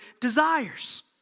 desires